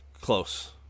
Close